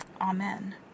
Amen